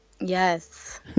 yes